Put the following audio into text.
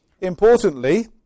Importantly